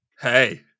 Hey